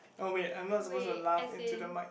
oh wait I am not supposed to laugh into the mic